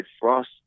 frost